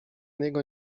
niego